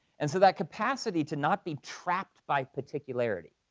and so that capacity to not be trapped by particularity,